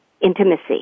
intimacy